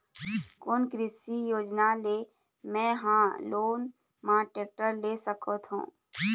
कोन कृषि योजना ले मैं हा लोन मा टेक्टर ले सकथों?